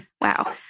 Wow